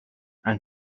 and